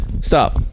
Stop